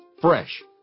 Fresh